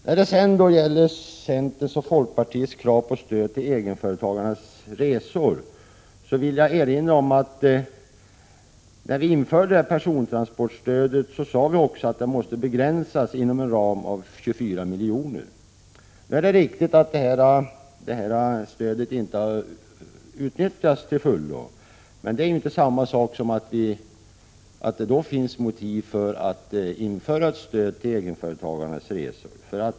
När det gäller centerns och folkpartiets krav på stöd till egenföretagares resor vill jag erinra om att när vi införde persontransportstödet sade vi att det måste begränsas inom en ram av 24 milj.kr. Det är riktigt att stödet inte har utnyttjats till fullo. Men det är inte detsamma som att det finns motiv för att införa ett stöd till egenföretagarnas resor.